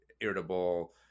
irritable